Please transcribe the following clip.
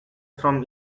from